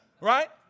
Right